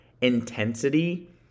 intensity